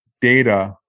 data